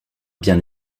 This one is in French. bien